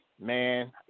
man